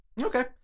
Okay